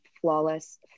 Flawless